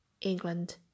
England